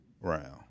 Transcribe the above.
round